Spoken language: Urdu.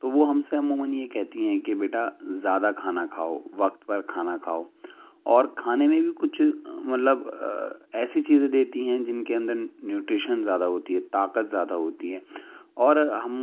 تو وہ ہم سے عموماً یہ کہتی ہیں کہ بیٹا زیادہ کھانا کھاؤ وقت پر کھانا کھاؤ اور کھانے میں بھی کچھ مطلب ایسی چیزیں دیتی ہیں جن کے اندر نیوٹریشن زیادہ ہوتی ہے طاقت زیادہ ہوتی ہے اور ہم